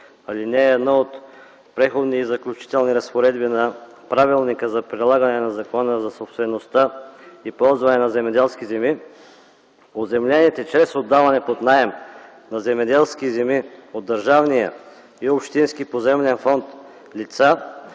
23, ал. 1 от Преходните и заключителни разпоредби на Правилника за прилагане на Закона за собствеността и ползването на земеделските земи, оземлените лица, чрез отдаване под наем на земеделски земи от държавния и общинския поземлен фонд,